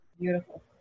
Beautiful